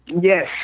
Yes